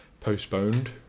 postponed